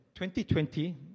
2020